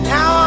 Now